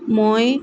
মই